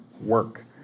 work